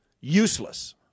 useless